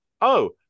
Oh